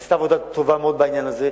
ועשית עבודה טובה מאוד בעניין הזה.